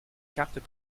cartes